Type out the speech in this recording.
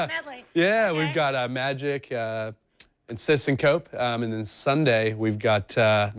um yeah like yeah we've got magic and assistant cokes um and and sunday we've got